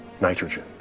nitrogen